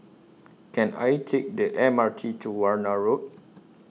Can I Take The M R T to Warna Road